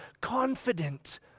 confident